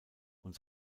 und